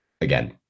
Again